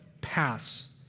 pass